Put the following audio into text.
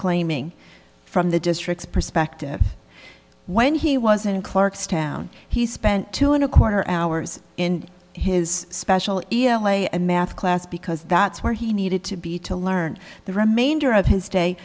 claiming from the district's perspective when he was in clark's town he spent two and a quarter hours in his special ia way a math class because that's where he needed to be to learn the remainder of his day